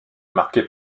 marquée